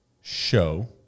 show